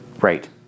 Right